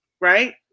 right